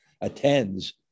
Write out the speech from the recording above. attends